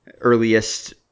earliest